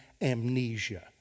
amnesia